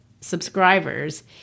subscribers